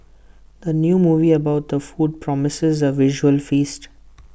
the new movie about the food promises A visual feast